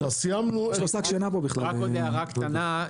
רק עוד הערה קטנה,